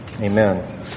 Amen